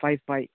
five five